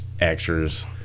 actors